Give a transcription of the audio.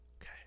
Okay